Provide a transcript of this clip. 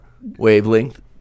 wavelength